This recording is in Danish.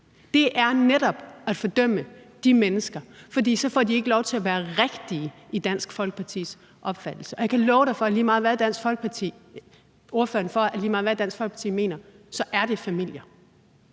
Det er netop at fordømme de mennesker, for så får de ikke lov til at være »rigtige« i Dansk Folkepartis opfattelse. Og jeg kan love ordføreren for, at lige meget hvad Dansk Folkeparti mener, så er det familier.